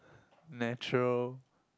natural